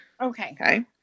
okay